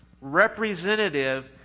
representative